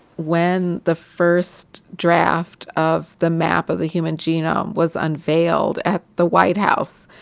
when the first draft of the map of the human genome was unveiled at the white house,